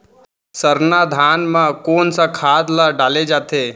सरना धान म कोन सा खाद ला डाले जाथे?